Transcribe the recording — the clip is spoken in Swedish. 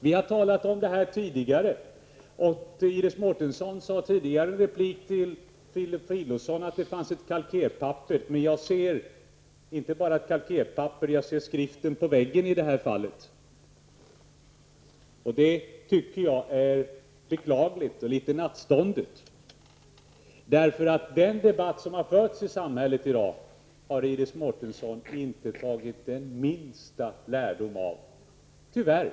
Vi har tidigare diskuterat detta och Iris Mårtensson sade i en replik till Filip Fridolfsson att det finns ett kalkerpapper. Men jag ser inte bara ett kalkerpapper; i det här fallet ser jag skriften på väggen. Det är beklagligt och känns litet nattståndet. Iris Mårtensson har inte tagit den minsta lärdom av denna debatt som i dag förs ute i samhället, tyvärr.